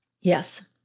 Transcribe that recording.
Yes